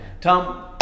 Tom